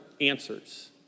answers